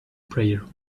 prayer